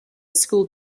school